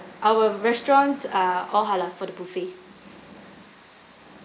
our restaurant uh all halal for the buffet